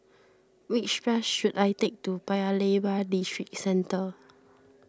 which bus should I take to Paya Lebar Districentre